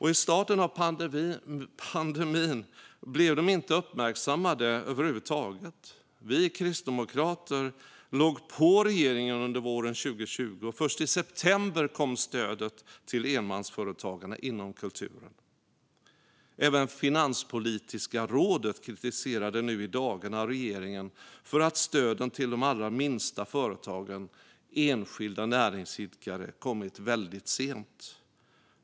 I starten av pandemin blev de inte uppmärksammade över huvud taget. Vi kristdemokrater låg på regeringen under våren 2020, och först i september kom stödet till enmansföretagarna inom kulturen. Även Finanspolitiska rådet kritiserade nu i dagarna regeringen för att stöden till de allra minsta företagen - enskilda näringsidkare - kommit väldigt sent.